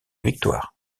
victoire